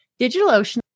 DigitalOcean